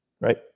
right